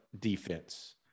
defense